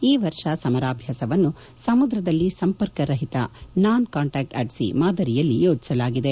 ಈ ವರ್ಷ ಸಮರಾಭ್ಯಾಸವನ್ನು ಸಮುದ್ರದಲ್ಲಿ ಸಂಪರ್ಕ ರಹಿತ ನಾನ್ ಕಾಂಟಾಕ್ಟ್ ಅಟ್ ಸೀ ಮಾದರಿಯಲ್ಲಿ ಯೋಜಿಸಲಾಗಿದೆ